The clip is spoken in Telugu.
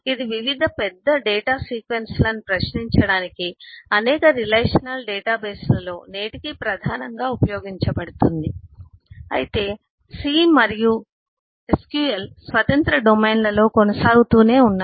ఇది వివిధ పెద్ద డేటా సీక్వెన్స్లను ప్రశ్నించడానికి అనేక రిలేషనల్ డేటాబేస్లలో నేటికీ ప్రధానంగా ఉపయోగించబడుతోంది అయితే C మరియు sql స్వతంత్ర డొమైన్లలో కొనసాగుతూనే ఉన్నాయి